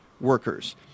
workers